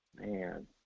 man